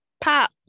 pop